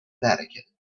vatican